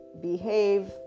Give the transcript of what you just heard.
behave